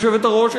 גברתי היושבת-ראש,